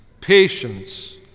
patience